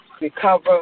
recover